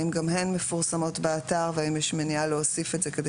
האם גם הן מפורסמות באתר והאם יש מניעה להוסיף את זה כדי